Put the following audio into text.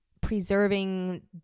preserving